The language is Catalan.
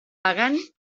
pagant